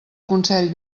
consell